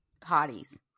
hotties